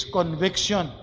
conviction